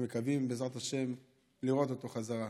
אנחנו מקווים, בעזרת השם, לראות אותו בחזרה.